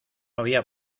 había